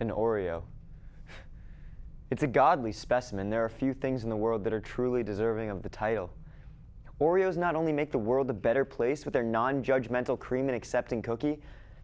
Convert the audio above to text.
an oreo it's a godly specimen there are few things in the world that are truly deserving of the title oreos not only make the world a better place but their nonjudgmental cream in accepting kochi